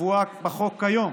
הקבועה בחוק כיום